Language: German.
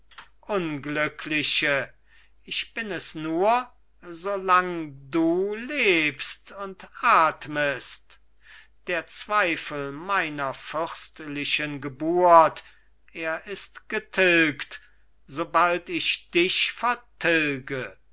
unglückliche ich bin es nur solang du lebst und atmest der zweifel meiner fürstlichen geburt er ist getilgt sobald ich dich vertilge